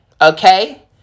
okay